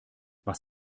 was